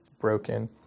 broken